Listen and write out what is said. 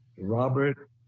Robert